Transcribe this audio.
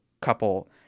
couple